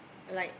like